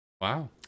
wow